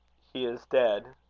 he is dead!